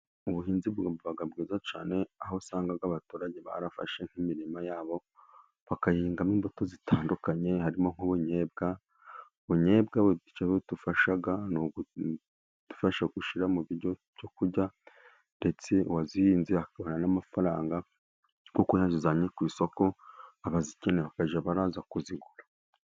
Ubuhinzi buba bwiza cyane, aho usanga abaturage barafashe nk'imirima yabo bakayihingamo imbuto zitandukanye harimo nk'ubunyobwa, ubunyobwa icyo budufasha ni ukudufasha gushyira mu biryo byo kurya, ndetse uwabuhinze akabona n'amafaranga kuko yabujyanye ku isoko ababuhinze bakajya baraza kubugura.